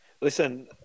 Listen